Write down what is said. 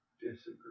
disagree